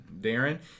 Darren